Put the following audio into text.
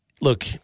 look